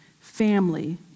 family